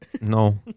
No